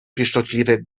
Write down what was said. pieszczotliwie